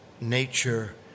nature